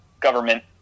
government